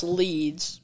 leads